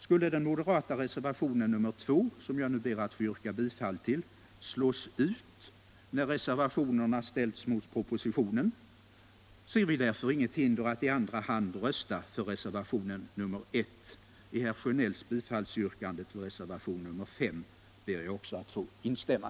Skulle den moderata reservationen, nr 2, som jag ber att få yrka bifall till, slås ut när reservationerna ställs mot varandra, ser vi därför inget hinder att i andra hand rösta för reservation nr 1. I herr Sjönells bifallsyrkande till reservationen 5 ber jag också att få instämma.